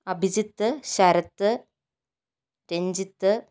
Abhijith Sarath Ranjith